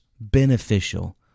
beneficial